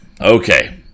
Okay